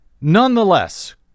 Nonetheless